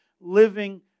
living